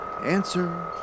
Answer